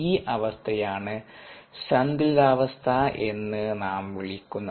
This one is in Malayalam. ഈ അവസ്ഥയാണ് സന്തുലിതാവസ്ഥ എന്ന് നാം വിളിക്കുന്നത്